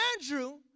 Andrew